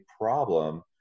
problem